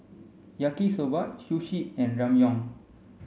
Yaki Soba Sushi and Ramyeon